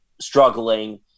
struggling